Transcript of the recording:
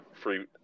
Free